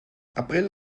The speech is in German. april